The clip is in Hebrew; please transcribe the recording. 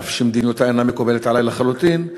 אף שמדיניותה אינה מקובלת עלי לחלוטין,